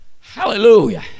Hallelujah